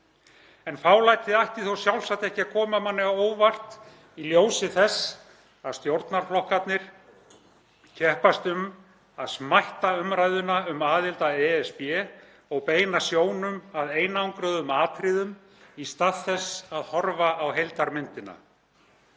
En fálætið ætti þó sjálfsagt ekki að koma manni á óvart í ljósi þess að stjórnarflokkarnir keppast um að smætta umræðuna um aðild að ESB og beina sjónum að einangruðum atriðum í stað þess að horfa á heildarmyndina.